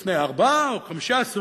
לפני ארבעה או חמישה עשורים,